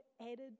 added